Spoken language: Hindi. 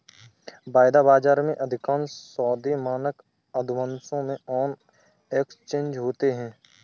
वायदा बाजार में, अधिकांश सौदे मानक अनुबंधों में ऑन एक्सचेंज होते हैं